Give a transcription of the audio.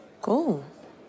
cool